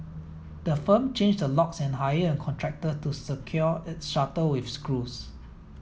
the firm changed the locks and hired a contractor to secure its shutter with screws